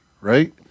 right